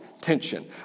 tension